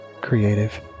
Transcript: creative